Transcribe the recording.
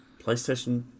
PlayStation